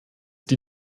die